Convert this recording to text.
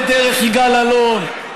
לדרך יגאל אלון,